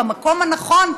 במקום הנכון,